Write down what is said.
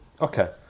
Okay